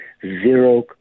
zero